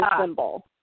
symbol